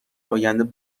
آینده